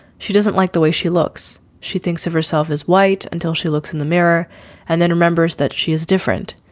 she doesn't like the way she looks. she thinks of herself as white until she looks in the mirror and then remembers that she is different.